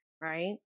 right